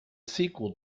sequel